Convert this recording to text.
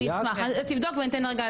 אני אשמח, תבדוק רגע.